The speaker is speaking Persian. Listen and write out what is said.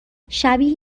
شبیه